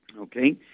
Okay